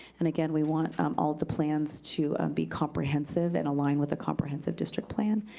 and again, we want all the plans to be comprehensive and align with the comprehensive district plan,